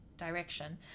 direction